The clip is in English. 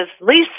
Lisa